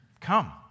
come